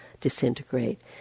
disintegrate